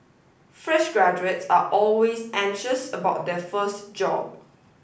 fresh graduates are always anxious about their first job